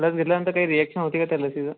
लस घेतल्यानंतर काही रिॲक्शन होती का त्या लसीची